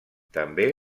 també